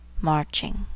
marching